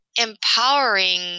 empowering